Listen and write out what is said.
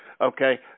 Okay